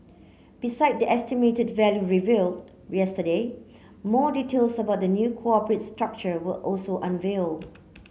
besides the estimated value revealed yesterday more details about the new corporate structure were also unveiled